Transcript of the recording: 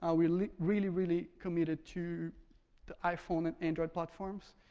ah really, really really committed to the iphone and android platforms,